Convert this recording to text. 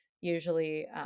usually